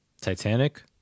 Titanic